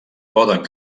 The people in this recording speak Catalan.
poden